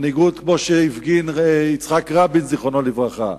מנהיגות כמו שהפגין יצחק רבין, זיכרונו לברכה,